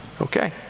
Okay